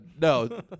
No